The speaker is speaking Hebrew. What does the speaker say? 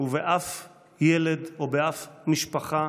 ובאף ילד או באף משפחה.